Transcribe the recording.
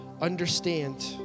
understand